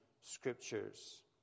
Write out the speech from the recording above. Scriptures